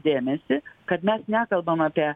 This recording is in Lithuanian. dėmesį kad mes nekalbam apie